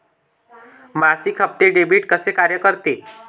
मासिक हप्ते, डेबिट कसे कार्य करते